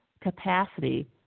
capacity